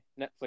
Netflix